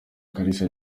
kalisa